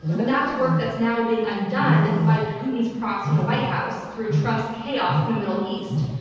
but that's work that's now being undone by putin's proxy in the white house through trump's chaos in the middle east.